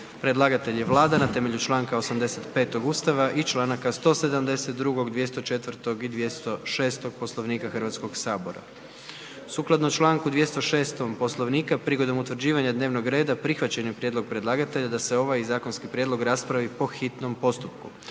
Predlagatelj je Vlada RH na temelju čl. 85. Ustava i čl. 172., 204. i 206. Poslovnika Hrvatskog sabora. Sukladno čl. 206. Poslovnika, prigodom utvrđivanja dnevnog reda, prihvaćen je prijedlog predlagatelja da se ovaj zakonski prijedlog raspravi po hitnom postupku.